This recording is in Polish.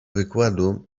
wykładu